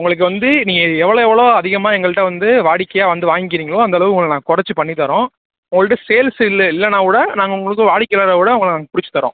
உங்களுக்கு வந்து நீங்கள் எவ்வளோ எவ்வளோ அதிகமாக எங்கள்கிட்ட வந்து வாடிக்கையாக வந்து வாங்க்கிறீங்களோ அந்தளவு உங்களுக்கு நாங்கள் குறச்சு பண்ணித் தரோம் உங்கள்கிட்ட சேல்ஸ் இல்லை இல்லைனா கூட நாங்கள் உங்களுக்கு வாடிக்கையாளரை கூட உங்களுக்கு நாங்கள் பிடிச்சுத் தருவோம்